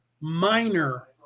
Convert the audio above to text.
minor